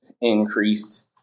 increased